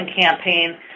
campaign